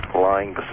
lying